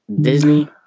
Disney